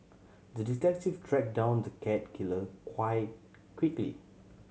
the detective track down the cat killer quickly